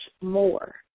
more